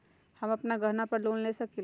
हम अपन गहना पर लोन ले सकील?